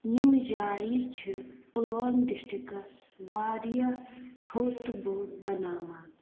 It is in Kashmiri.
یِم جایہِ چھِ پُلوٲم ڈِسٹِرٛکَس واریاہ تھوٚد تہٕ بوٚڈ بَناوان